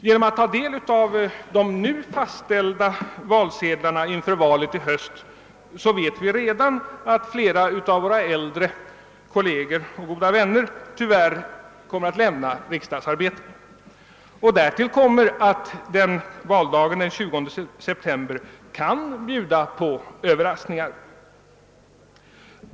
Genom att ta del av de nu fastställda valsedlarna inför valet i höst vet vi redan att flera av våra äldre kolleger och goda vänner tyvärr kommer att lämna riksdagsarbetet. Och valdagen den 20 september kan ju också bjuda på överraskningar.